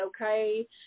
okay